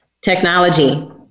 technology